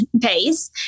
pace